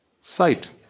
sight